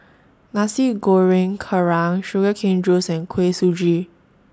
Nasi Goreng Kerang Sugar Cane Juice and Kuih Suji